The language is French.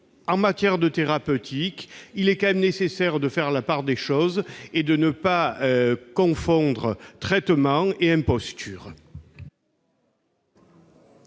En matière de thérapeutique, il est tout de même nécessaire de faire la part des choses et de ne pas confondre traitement et imposture.